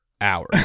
hours